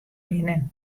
binnen